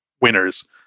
winners